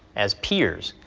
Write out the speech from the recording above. as peers,